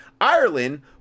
Ireland